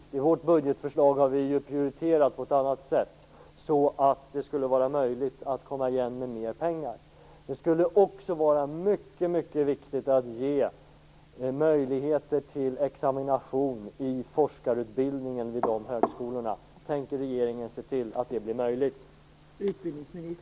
Vi har i vårt budgetförslag prioriterat på ett annat sätt, så att det skulle vara möjligt att komma igen med mer pengar. Det skulle också vara mycket viktigt att ge möjligheter till examination i forskarutbildningen vid de högskolorna. Tänker regeringen se till att det blir möjligt?